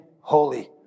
holy